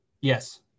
Yes